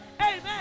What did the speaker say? amen